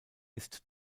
ist